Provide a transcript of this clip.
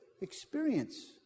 experience